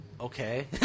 okay